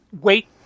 wait